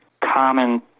common